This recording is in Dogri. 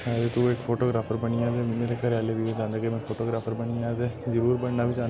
तु इक फोटोग्राफर बनी जा ते मेरे घरे आह्ले बी इ'यै जांदे कि में फोटोग्राफर बनी जां ते जरूर बनना बी चाह्ना ते